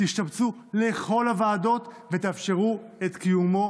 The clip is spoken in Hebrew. תשתבצו לכל הוועדות ותאפשרו את קיומו